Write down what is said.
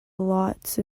lots